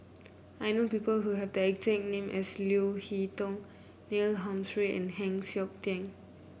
I know people who have the exact name as Leo Hee Tong Neil Humphreys and Heng Siok Tian